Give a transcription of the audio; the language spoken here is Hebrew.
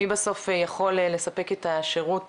מי בסוף יכול לספק את השירות